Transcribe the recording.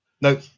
no